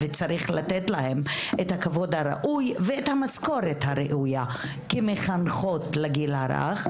וצריך לתת להן את הכבוד הראוי ואת המשכורת הראויה כמחנכות לגיל הרך.